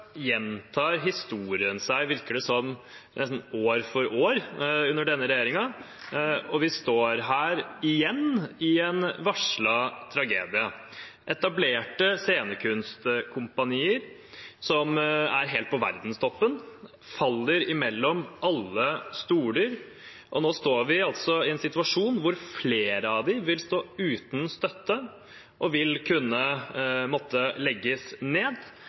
gjentar historien seg, virker det som, nesten år for år under denne regjeringen, og vi står her igjen i en varslet tragedie. Etablerte scenekunstkompanier som er helt på verdenstoppen, faller mellom alle stoler, og nå står vi i en situasjon hvor flere av dem vil stå uten støtte og vil kunne måtte legges ned.